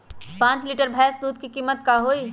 पाँच लीटर भेस दूध के कीमत का होई?